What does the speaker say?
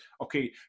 Okay